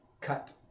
cut